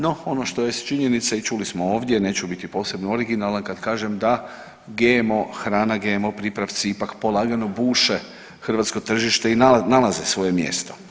No, ono što jest činjenica i čuli smo ovdje, neću biti posebno originalan kad kažem da GMO hrana, GMO pripravci ipak polagano buše hrvatsko tržište i nalaze svoje mjesto.